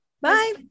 Bye